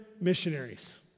missionaries